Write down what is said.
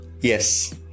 Yes